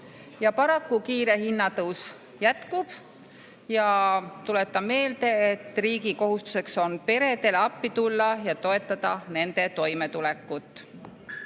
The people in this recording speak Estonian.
Paraku kiire hinnatõus jätkub. Tuletan meelde, et riigi kohustus on peredele appi tulla ja toetada nende toimetulekut.